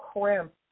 crimp